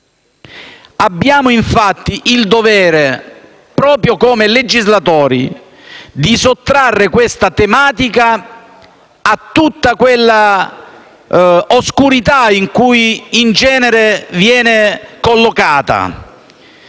Abbiamo infatti il dovere, come legislatori, di sottrarre la tematica a tutta l'oscurità in cui in genere viene collocata